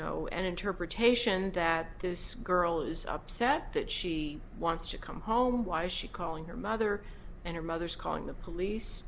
know an interpretation that this girl is upset that she wants to come home why is she calling her mother and her mother is calling the police